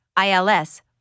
ILS